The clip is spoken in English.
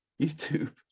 youtube